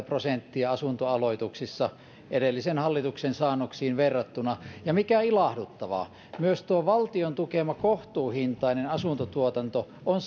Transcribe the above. prosenttia asuntoaloituksissa edellisen hallituksen saannoksiin verrattuna mikä ilahduttavaa myös tuo valtion tukema kohtuuhintainen asuntotuotanto on